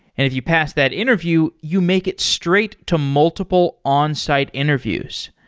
if you pass that interview, you make it straight to multiple onsite interviews.